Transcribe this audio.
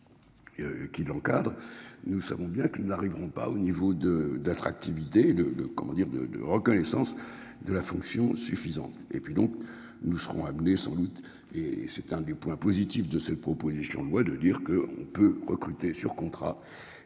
Qui l'encadrent. Nous savons bien que nous n'arriverons pas au niveau de d'attractivité de de comment dire de, de reconnaissance de la fonction suffisante et puis donc nous serons amenés sans doute et c'est un des points positifs de cette proposition de loi, de dire que on peut recruter sur contrat.